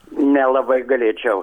nelabai galėčiau